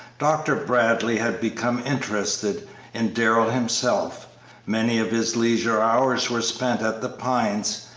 dr. bradley had become interested in darrell himself many of his leisure hours were spent at the pines,